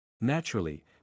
Naturally